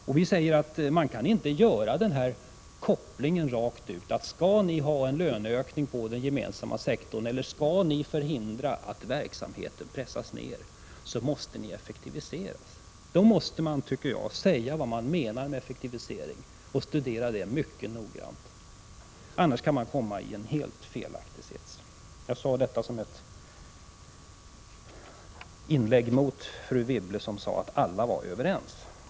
Det går inte att rakt ut säga att ni måste effektivisera, om man på den gemensamma sektorn vill ha en löneökning och vill förhindra att verksamheten pressas ned. Då måste man enligt min mening tala om vad som menas med effektivisering och studera det mycket noggrant. Annars kan man hamna i en helt felaktig sits. Jag har sagt detta som ett argument mot Anne Wibbles påstående att alla var överens.